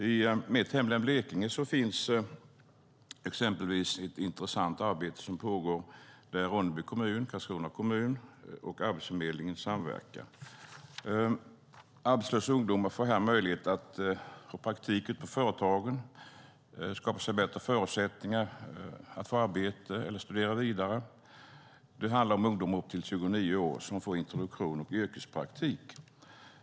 I mitt hemlän Blekinge finns exempelvis ett intressant arbete som pågår där Ronneby kommun, Karlskrona kommun och Arbetsförmedlingen samverkar. Arbetslösa ungdomar får här möjlighet till praktik ute på företagen och att skapa sig bättre förutsättningar att få arbete eller studera vidare. Det handlar om ungdomar upp till 29 år som får introduktion och yrkespraktik.